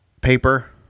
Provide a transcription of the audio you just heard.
paper